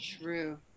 true